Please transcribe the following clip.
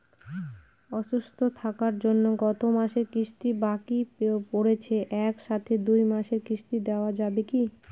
অসুস্থ থাকার জন্য গত মাসের কিস্তি বাকি পরেছে এক সাথে দুই মাসের কিস্তি দেওয়া যাবে কি?